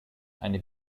eine